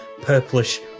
purplish